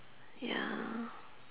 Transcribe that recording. ya